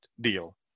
deal